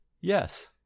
Yes